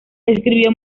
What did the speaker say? escribió